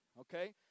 okay